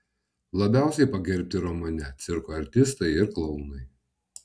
labiausiai pagerbti romane cirko artistai ir klounai